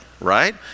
right